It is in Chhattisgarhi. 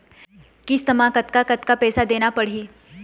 किस्त म कतका पैसा देना देना पड़ही?